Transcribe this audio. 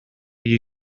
you